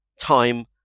time